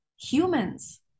humans